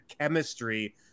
chemistry